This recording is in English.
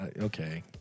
Okay